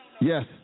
yes